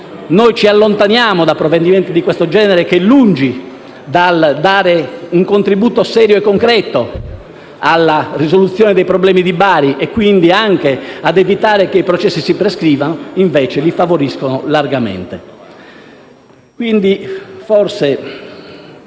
Noi ci allontaniamo da provvedimenti di questo genere, che, lungi dal dare un contributo serio e concreto alla risoluzione dei problemi di Bari, e quindi anche dall'evitare che i processi si prescrivano, invece li favoriscono largamente.